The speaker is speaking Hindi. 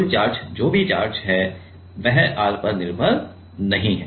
कुल चार्ज जो भी चार्ज हैं कुल चार्ज r पर निर्भर नहीं है